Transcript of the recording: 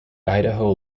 idaho